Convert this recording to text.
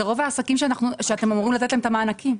זה רוב העסקים שאתם אמורים לתת להם את המענקים,